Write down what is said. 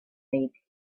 make